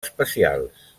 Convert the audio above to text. especials